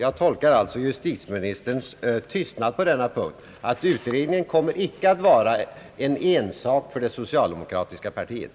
Jag tolkar alltså justitieministerns tystnad på denna punkt som en antydan om att utredningen inte kommer att vara en ensak för det socialdemokratiska partiet.